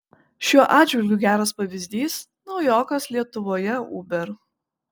šiuo atžvilgiu geras pavyzdys naujokas lietuvoje uber